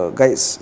guys